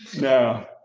No